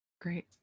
Great